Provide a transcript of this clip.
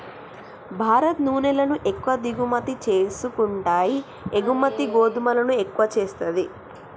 భారత్ నూనెలను ఎక్కువ దిగుమతి చేసుకుంటాయి ఎగుమతి గోధుమలను ఎక్కువ చేస్తది